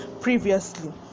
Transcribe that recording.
previously